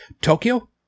Tokyo